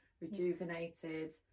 rejuvenated